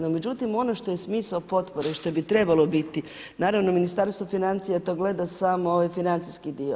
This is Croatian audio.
No međutim, ono što je smisao potpore i što bi trebalo biti naravno Ministarstvo financija to gleda samo ovaj financijski dio.